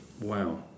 Wow